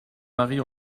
marie